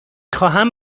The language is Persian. خواهم